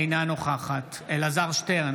אינה נוכחת אלעזר שטרן,